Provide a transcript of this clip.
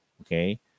Okay